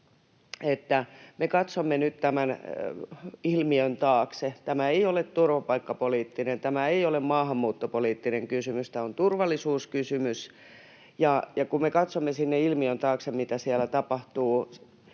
me katsomme nyt tämän ilmiön taakse. Tämä ei ole turvapaikkapoliittinen, tämä ei ole maahanmuuttopoliittinen kysymys, tämä on turvallisuuskysymys. Ja kun me katsomme sinne ilmiön taakse, että mitä siellä tapahtuu,